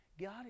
God